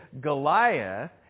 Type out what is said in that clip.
Goliath